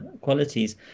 qualities